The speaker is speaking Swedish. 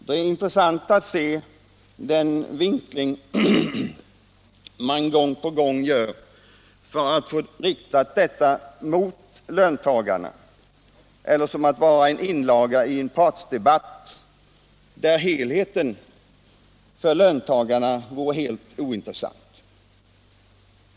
Det är intressant men samtidigt oroande att se den vinkling man gång på gång gör för att detta skall synas riktat mot löntagarna och få formen av en partsinlaga i en debatt, där helheten för löntagarna betraktas som helt ointressant.